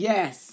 Yes